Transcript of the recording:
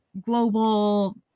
global